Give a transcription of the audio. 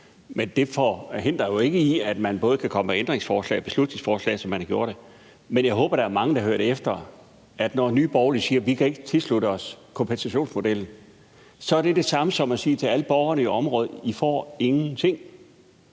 men det forhindrer jo ikke en i, at man både kan komme med ændringsforslag og beslutningsforslag, som man har gjort. Men jeg håber, der er mange, der hører, at når Nye Borgerlige siger, at de ikke kan tilslutte sig kompensationsmodellen, så er det det samme som at sige til alle borgerne i området, at de ingenting